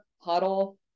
Huddle